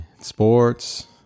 sports